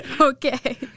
Okay